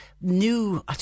new